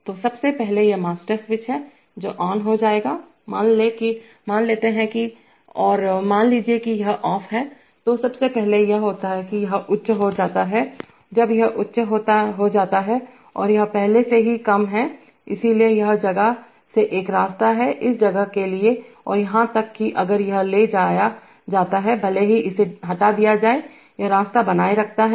तो सबसे पहलेयह मास्टर स्विच है जो ऑन हो जाएगा मान लेते हैं कि और मान लीजिए कि यह ऑफ है तो सबसे पहले यह होता है कि यह उच्च हो जाता है जब यह उच्च हो जाता है और यह पहले से ही कम है इसलिए इस जगह से एक रास्ता है इस जगह के लिए और यहां तक कि अगर यह ले जाया जाता है भले ही इसे हटा दिया जाए यह रास्ता बनाए रखता है